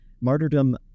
martyrdom